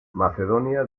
macedonia